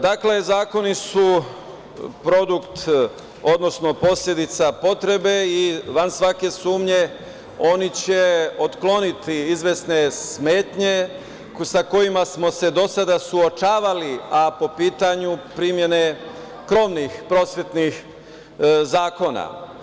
Dakle, zakoni su posledica potrebe i van svake sumnje oni će otkloniti izvesne smetnje sa kojima smo se do sada suočavali, a po pitanju primene krovnih prosvetnih zakona.